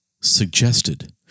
suggested